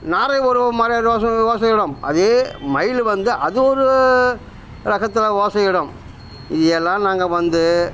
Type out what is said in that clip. நாரை ஒரு மாதிரியா ஓச ஓசையிடும் அதே மயில் வந்து அது ஒரு ரகத்தில் ஓசையிடும் இதெலாம் நாங்கள் வந்து